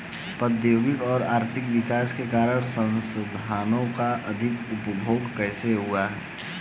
प्रौद्योगिक और आर्थिक विकास के कारण संसाधानों का अधिक उपभोग कैसे हुआ है?